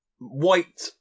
white